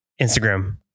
instagram